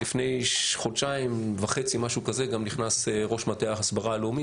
לפני חודשיים וחצי גם נכנס ראש מטה ההסברה הלאומי